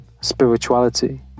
spirituality